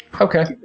Okay